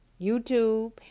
YouTube